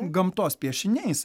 gamtos piešiniais